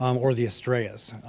um or the estrellas.